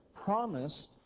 promised